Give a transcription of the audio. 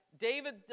David